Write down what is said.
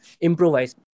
improvise